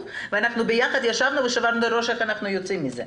ואנחנו ביחד ישבנו ושברנו את הראש איך נוכל לצאת מזה,